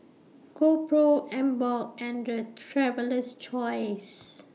GoPro Emborg and Traveler's Choice